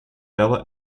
bella